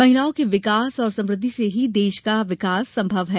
महिलाओं के विकास और समृद्धि से ही देश का विकास संभव है